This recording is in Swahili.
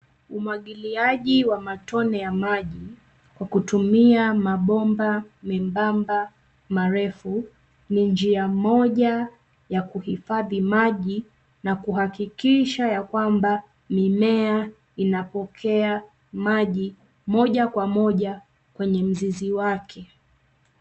Umwagiliaji wa matone ya maji kwa kutumia mabomba membamba marefu ni njia moja ya kuhifadhi maji na kuhakikisha ya kwamba mimea inapokea maji moja kwa moja kwenye mzizi wake.